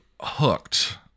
hooked